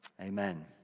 Amen